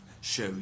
show